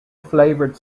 flavored